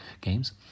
games